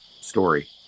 story